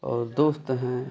और दोस्त हैं